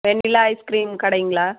வெண்ணிலா ice cream கடைங்களா